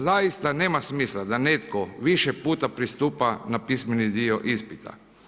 Zaista nema smisla da netko više puta pristupa na pismeni dio ispita.